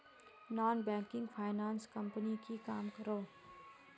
Non banking finance company की काम करोहो?